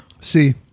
See